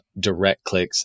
DirectClicks